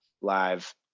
live